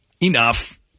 Enough